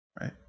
right